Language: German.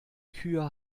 kühe